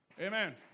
Amen